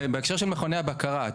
בהקשר של מכוני הבקרה,